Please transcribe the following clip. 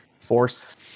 force